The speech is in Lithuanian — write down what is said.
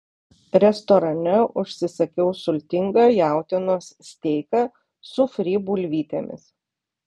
restorane užsisakiau sultingą jautienos steiką su fry bulvytėmis